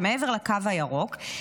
שמעבר לקו הירוק,